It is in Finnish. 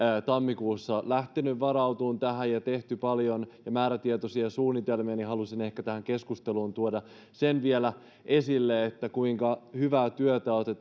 tammikuussa lähtenyt varautumaan tähän ja on tehty paljon ja määrätietoisia suunnitelmia haluaisin tähän keskusteluun tuoda ehkä vielä sen esille kuinka hyvää työtä olette